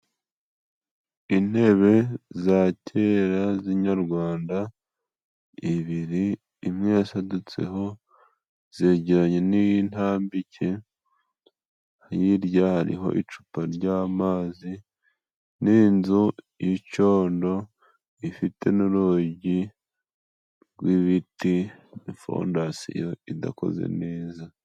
Intebe za kera z'inyarwanda ibiri imwe yasadutseho, zegeranye n'iy'intambike, hirya hariho icupa ry'amazi n' inzu y'icondo ifite n'urugi rw'ibiti, fondasiyo idakoze neza.